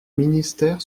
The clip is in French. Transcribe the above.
ministère